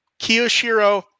Kiyoshiro